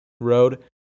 road